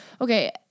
Okay